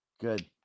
good